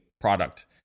product